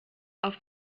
auf